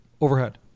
overhead